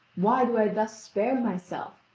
why do i thus spare myself?